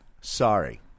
Sorry